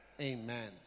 Amen